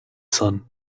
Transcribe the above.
sun